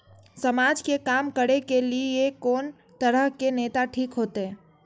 समाज के काम करें के ली ये कोन तरह के नेता ठीक होते?